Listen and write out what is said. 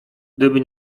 gdyby